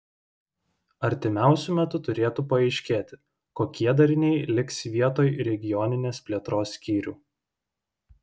artimiausiu metu turėtų paaiškėti kokie dariniai liks vietoj regioninės plėtros skyrių